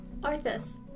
Arthas